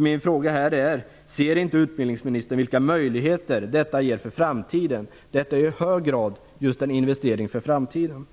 Min fråga här är om inte utbildningsministern ser vilka möjligheter detta ger för framtiden. Detta är i hög grad en investering för framtiden.